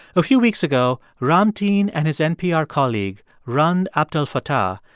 a few weeks ago, ramtin and his npr colleague, rund abdelfatah,